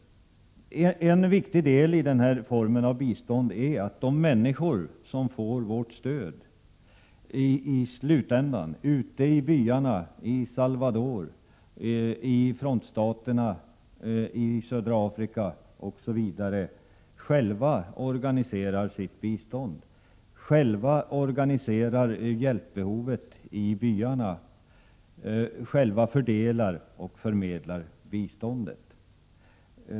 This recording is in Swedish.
En viktig del i denna form av bistånd är att de människor som får vårt stöd ute i byarna, i Salvador, i frontstaterna i södra Afrika osv. själva organiserar sitt bistånd. De organiserar hjälpen ut till byarna, fördelar och förmedlar biståndet.